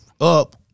up